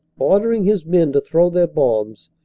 ordering his men to throw their bombs,